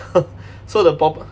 so the pop~